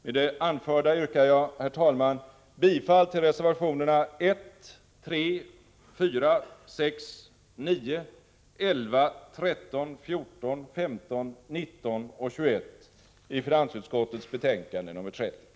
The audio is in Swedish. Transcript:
Med det anförda yrkar jag, herr talman, bifall till reservationerna 1,3,4,6, 9, 11, 13, 14, 15, 19 och 21 i finansutskottets betänkande nr 30.